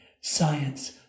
science